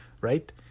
right